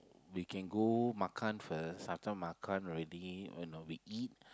we can go makan first after makan already you know we eat